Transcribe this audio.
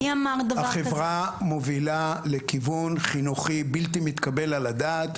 החברה מובילה לכיוון חינוכי בלתי מתקבל על הדעת.